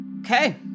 Okay